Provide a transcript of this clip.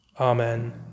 Amen